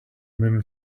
moon